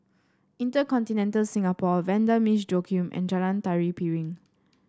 InterContinental Singapore Vanda Miss Joaquim and Jalan Tari Piring